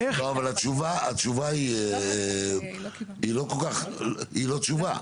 אבל התשובה היא לא תשובה.